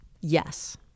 Yes